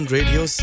Radio